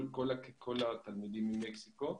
כל התלמידים ממקסיקו.